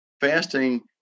fasting